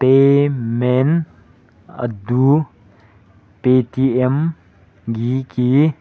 payment ꯑꯗꯨ ꯄꯦ ꯇꯤ ꯑꯦꯝꯒꯤ ꯀꯤ